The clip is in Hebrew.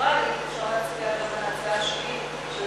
פרוצדורלית אפשר להצביע על ההצעה שלי שירושלים,